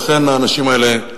לכן, האנשים האלה,